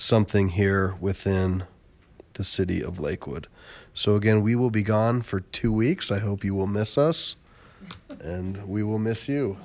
something here within the city of lakewood so again we will be gone for two weeks i hope you will this us and we will miss you